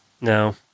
No